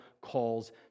calls